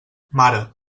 mare